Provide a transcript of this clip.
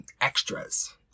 extras